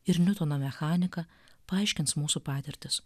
ir niutono mechanika paaiškins mūsų patirtis